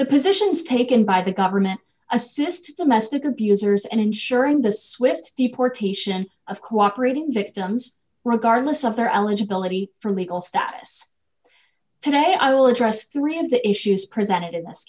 the positions taken by the government assisted the mess to computers and ensuring the swift deportation of cooperating victims regardless of their eligibility for legal status today i will address three of the issues presented in this